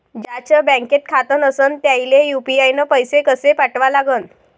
ज्याचं बँकेत खातं नसणं त्याईले यू.पी.आय न पैसे कसे पाठवा लागन?